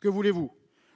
que voulez-vous,